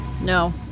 No